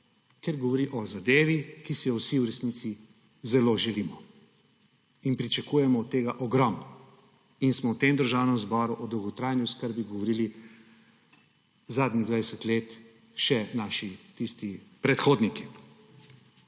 ker govori o zadevi, ki se je vsi v resnici zelo želimo in pričakujemo od tega ogromno in smo v Državnem zboru o dolgotrajni oskrbi govorili zadnjih 20 let – še naši, tisti predhodniki.